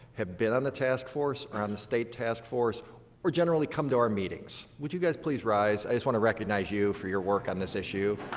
have been on the task force or on the state task force or generally come to our meetings, would you guys please rise? i just want to recognize you for your work on this issue.